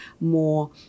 more